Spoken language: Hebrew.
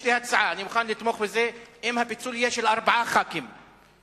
יש לי הצעה: אני מוכן לתמוך בזה אם הפיצול יהיה של ארבעה חברי כנסת.